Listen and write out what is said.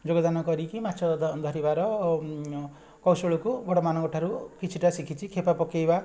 ଯୋଗଦାନ କରିକି ମାଛ ଧରିବାର କୌଶଳକୁ ବଡ଼ମାନଙ୍କଠାରୁ କିଛିଟା ଶିଖିଛି କ୍ଷେପା ପକେଇବା